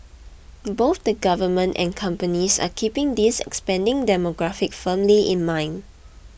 both the government and companies are keeping this expanding demographic firmly in mind